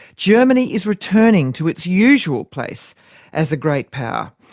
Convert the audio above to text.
germany is returning to its usual place as a great power,